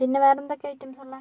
പിന്നെ വേറെന്തൊക്കെ ഐറ്റംസാ ഉള്ളത്